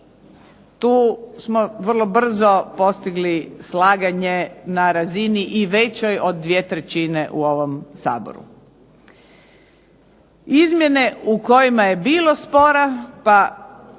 Tu smo vrlo brzo postigli slaganje na razini i većoj od dvije trećine u ovom Saboru. Izmjene u kojima je bilo spora pa